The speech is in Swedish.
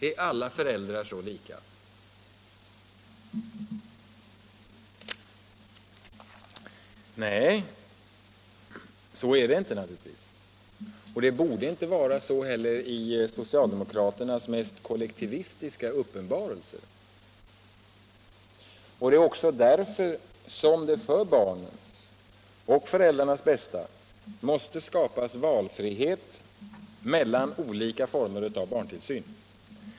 Är alla föräldrar så lika? Nej, så är det naturligtvis inte, och det borde inte heller vara så ens i socialdemokraternas mest kollektivistiska uppenbarelser. Det är också därför som det för barnens och föräldrarnas bästa måste skapas valfrihet mellan olika former av barntillsyn.